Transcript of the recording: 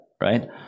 right